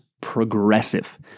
progressive